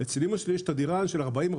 ואפשר להתחיל להיכנס לנושא הזה, גם ליצור עוד